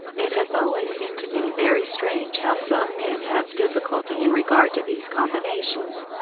it has always seemed to me very strange how some men have difficulty in regard to these combinations.